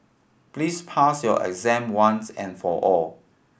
please pass your exam once and for all